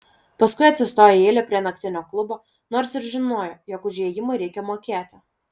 paskui atsistojo į eilę prie naktinio klubo nors ir žinojo jog už įėjimą reikia mokėti